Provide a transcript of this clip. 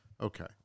okay